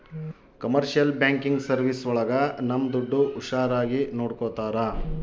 commercial banking service ಒಳಗ ನಮ್ ದುಡ್ಡು ಹುಷಾರಾಗಿ ನೋಡ್ಕೋತರ